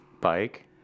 bike